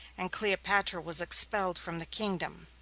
and cleopatra was expelled from the kingdom.